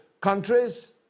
countries